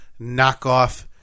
knockoff